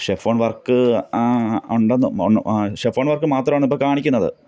chiffon work ഒണ്ടെന്ന് ഷെഫോണ് work മാത്രമാണിപ്പോള് കാണിക്കുന്നത്